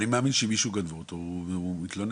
אני מאמין שמי שגנבו אותו, יתלונן.